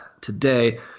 today